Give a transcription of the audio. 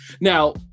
Now